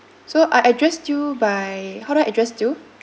so I address you by how do I address you